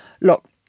Look